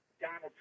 Donald